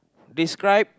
describe